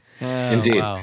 Indeed